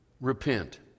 Repent